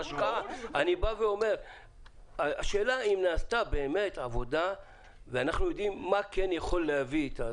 השאלה האם נעשתה באמת עבודה ואנחנו יודעים מה כן יביא את האנשים?